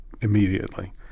immediately